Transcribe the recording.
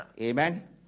Amen